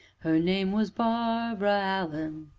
her name was barbara allen.